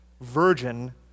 virgin